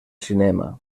cinema